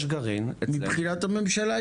יש גרעין- -- מבחינת הממשלה,